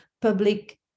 public